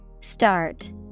Start